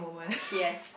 he has